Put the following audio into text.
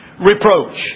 reproach